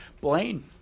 Blaine